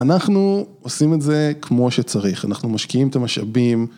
אנחנו עושים את זה כמו שצריך, אנחנו משקיעים את המשאבים.